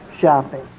shopping